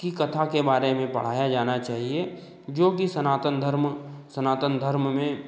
की कथा के बारे में पढ़ाया जाना चाहिए जो कि सनातन धर्म सनातन धर्म में